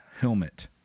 helmet